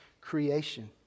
creation